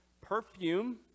perfume